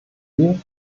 hier